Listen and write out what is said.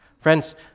Friends